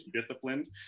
Disciplined